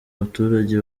baturage